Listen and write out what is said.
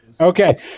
Okay